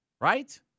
right